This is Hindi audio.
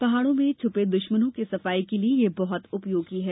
पहाड़ों में छुपे दुश्मनों के सफाये के लिए यह बहुत उपयोगी है